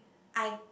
I